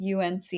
UNC